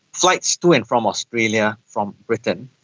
flights to and from australia, from britain,